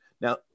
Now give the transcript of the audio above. Now